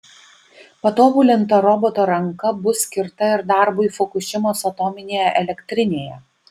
patobulinta roboto ranka bus skirta ir darbui fukušimos atominėje elektrinėje